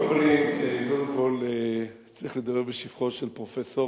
קודם כול, צריך לדבר בשבחו של פרופסור